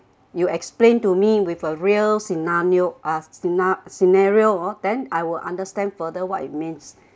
you explain to me with a real scenario uh scena~ scenario ah then I will understand further what it means